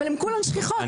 אבל כולן שכיחות,